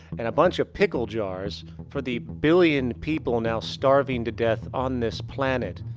and a bunch of pickle jars for the billion people now starving to death on this planet.